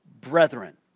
brethren